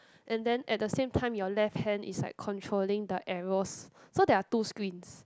and then at the same time your left hand is like controlling the arrows so there are two screens